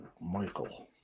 Michael